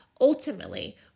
ultimately